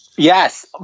Yes